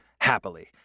happily